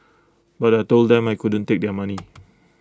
but I Told them I couldn't take their money